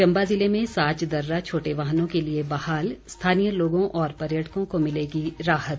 चम्बा ज़िले में साच दर्रा छोटे वाहनों के लिए बहाल स्थानीय लोगों और पर्यटकों को मिलेगी राहत